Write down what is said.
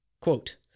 Quote